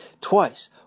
twice